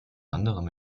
anderem